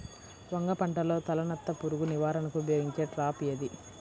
వంగ పంటలో తలనత్త పురుగు నివారణకు ఉపయోగించే ట్రాప్ ఏది?